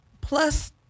plus